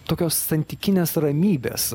tokios santykinės ramybės